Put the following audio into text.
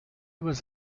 was